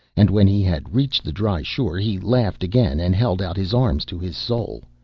and when he had reached the dry shore he laughed again, and held out his arms to his soul.